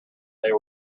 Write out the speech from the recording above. they